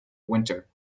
winter